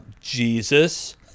Jesus